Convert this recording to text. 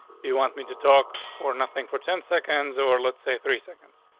do you want me to talk for nothing for ten seconds or let's say three seconds.